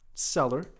seller